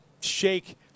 shake